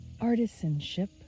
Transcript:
artisanship